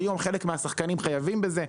היום חלק מהשחקנים חייבים בזה,